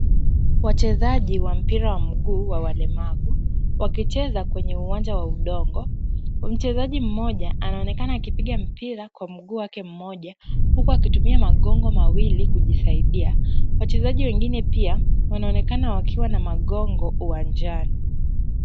Wachezaji wa mpira wa mguu wa walemavu wakicheza kwenye uwanja wa udongo. Mchezaji mmoja anaonekana akipiga mpira kwa mguu wake mmoja huku akitumia magongo mawili kujisaidia. Wachezaji wengine pia wanaonekana wakiwa na magongo uwanjani.